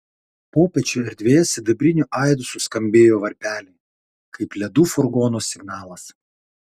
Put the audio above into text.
popiečio erdvėje sidabriniu aidu suskambėjo varpeliai kaip ledų furgono signalas